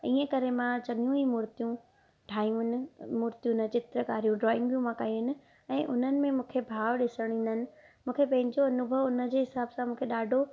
ईअं करे मां चङियूं ई मूर्तियूं ठाहियूं आहिनि मूर्तियूं न चित्रकारियूं ड्राइंग मां कयूं आहिनि ऐं उन्हनि में मुखे भाव ॾिसणु ईंदा आहिनि मूंखे पंहिंजो अनुभव हुन जे हिसाबु सां मूंखे ॾाढो